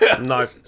No